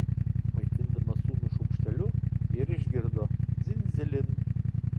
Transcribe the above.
maitindama sūnų šaukšteliu ji ir išgirdo dzin dzilin